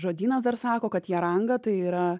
žodynas dar sako kad jaranga tai yra